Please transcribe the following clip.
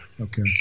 Okay